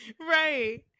Right